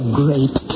great